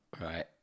Right